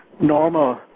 normal